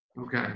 Okay